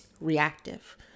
reactive